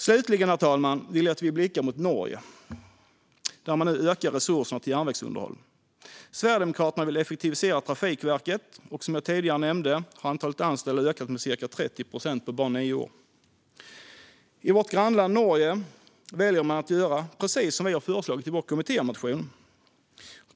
Slutligen, herr talman, vill jag att vi blickar mot Norge, där man nu ökar resurserna till järnvägsunderhåll. Sverigedemokraterna vill effektivisera Trafikverket. Som jag tidigare nämnde har antalet anställda ökat med ca 30 procent på bara nio år. I vårt grannland Norge väljer man att göra precis som vi har föreslagit i vår kommittémotion.